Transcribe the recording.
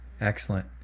Excellent